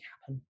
happen